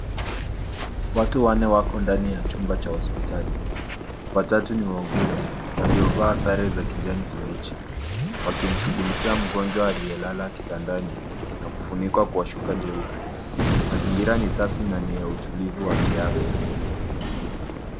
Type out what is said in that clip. Watu wanne wako ndani ya chumba cha hospitali, watatu ni wauguzi, waliovaa sare za kijani kibichi wakimshughulikia mgonjwa aliyelala kitandani na kufunikwa kuwashuka jeupe. Mazingira ni safi na ni ya utulivu wa kiafya.